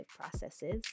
processes